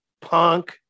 punk